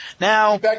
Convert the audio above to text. Now